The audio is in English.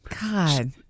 God